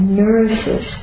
nourishes